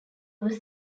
was